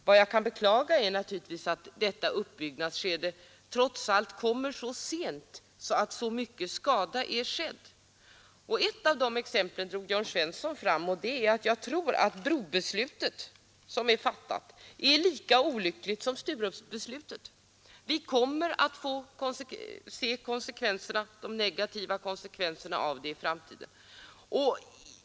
Vad jag kan beklaga är naturligtvis att detta uppbyggnadsskede trots allt kommer så sent att så mycken skada redan hunnit ske. Ett av de exempel som Jörn Svensson anförde var det brobeslut som fattats och som jag tror är lika olyckligt som Sturupbeslutet. Vi kommer att få se de negativa konsekvenserna av det i framtiden.